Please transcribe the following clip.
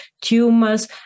tumors